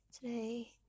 today